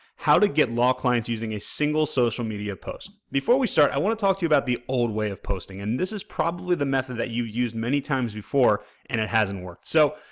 how to get law clients using a single social media post. before we start, i want to talk to you about the old way of posting and this is probably the method that you've used many times before and it hasn't worked. so,